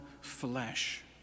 flesh